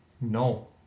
No